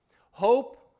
Hope